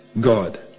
God